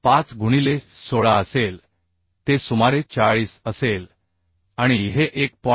5 गुणिले 16 असेल ते सुमारे 40 असेल आणि e हे 1